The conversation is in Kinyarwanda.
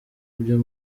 byo